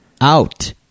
out